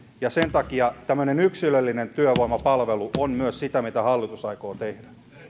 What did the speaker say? ja sen takia tämmöinen yksilöllinen työvoimapalvelu on myös sitä mitä hallitus aikoo tehdä